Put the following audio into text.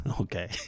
Okay